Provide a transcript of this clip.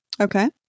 Okay